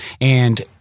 and-